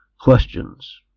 questions